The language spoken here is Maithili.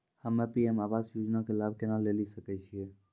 हम्मे पी.एम आवास योजना के लाभ केना लेली सकै छियै?